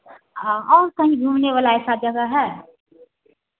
हाँ और कहीं घूमने वाला ऐसा जगह है